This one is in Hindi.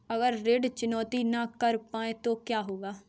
अगर ऋण चुकौती न कर पाए तो क्या होगा?